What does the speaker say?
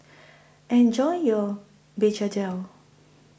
Enjoy your Begedil